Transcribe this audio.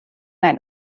ein